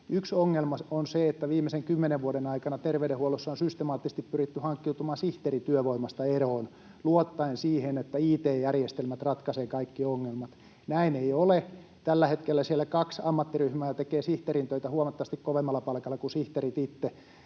Yksi ongelma on se, että viimeisten kymmenen vuoden aikana terveydenhuollossa on systemaattisesti pyritty hankkiutumaan sihteerityövoimasta eroon luottaen siihen, että it-järjestelmät ratkaisevat kaikki ongelmat. Näin ei ole. Tällä hetkellä siellä kaksi ammattiryhmää tekee sihteerin töitä huomattavasti kovemmalla palkalla kuin sihteerit itse,